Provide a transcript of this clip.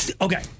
Okay